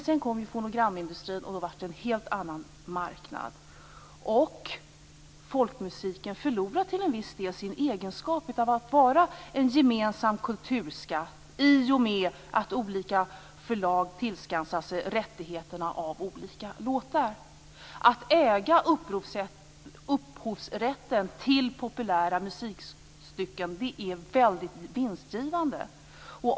Sedan kom fonogramindustrin och den förde med sig en helt annan marknad. Och folkmusiken förlorade till en viss del sin egenskap att vara en gemensam kulturskatt i och med att olika förlag tillskansade sig rättigheterna till olika låtar. Att äga upphovsrätten till populära musikstycken är väldigt vinstgivande.